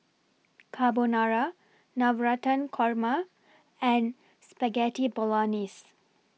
Carbonara Navratan Korma and Spaghetti Bolognese